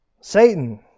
Satan